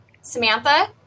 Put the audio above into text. Samantha